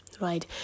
right